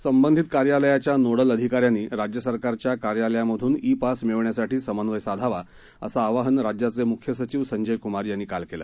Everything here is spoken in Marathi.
संबंधित कार्यालयाच्या नोडल अधिकाऱ्यांनी राज्य सरकारच्या कार्यालयातून ई पास मिळवण्यासाठी समन्वय साधावा असं आवाहन म्ख्य सचिव संजय कुमार यांनी काल केलं